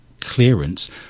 clearance